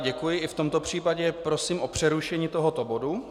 Děkuji, i v tomto případě prosím o přerušení tohoto bodu.